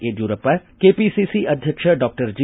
Yediyurappa KPCC ಅಧ್ವಕ್ಷ doctor G